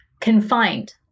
confined